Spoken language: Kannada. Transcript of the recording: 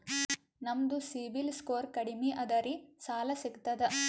ನಮ್ದು ಸಿಬಿಲ್ ಸ್ಕೋರ್ ಕಡಿಮಿ ಅದರಿ ಸಾಲಾ ಸಿಗ್ತದ?